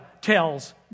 tells